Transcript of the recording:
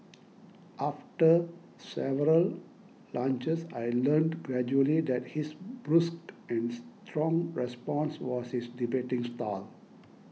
after several lunches I learnt gradually that his brusque and strong response was his debating style